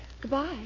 Goodbye